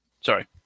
sorry